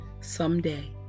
Someday